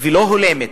ולא הולמת.